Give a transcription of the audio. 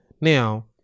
Now